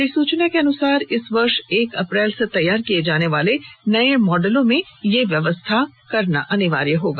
अधिसूचना के अनुसार इस वर्ष एक अप्रैल से तैयार किए जाने वाले नये मॉडलों में यह व्यवस्था करनी होगी